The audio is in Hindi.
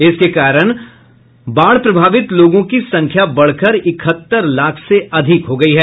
इसके कारण बाढ़ प्रभावित लोगों की संख्या बढ़कर इकहत्तर लाख से अधिक हो गयी है